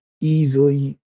easily